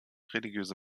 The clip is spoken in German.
religiöse